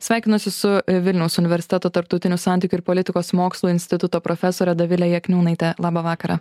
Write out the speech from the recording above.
sveikinosi su vilniaus universiteto tarptautinių santykių ir politikos mokslų instituto profesore dovile jakniūnaite labą vakarą